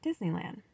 Disneyland